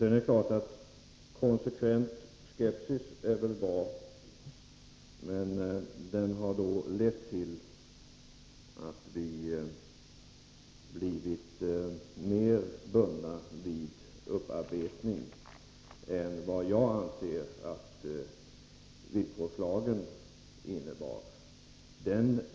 Det är väl vidare bra med konsekvent skepsis, men denna harlett till att vi blivit mer bundna vid upparbetning än vad jag anser att villkorslagen medförde.